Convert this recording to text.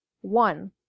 One